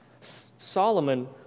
Solomon